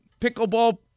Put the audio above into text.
pickleball